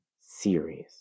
series